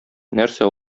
нәрсә